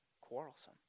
quarrelsome